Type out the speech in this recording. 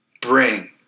bring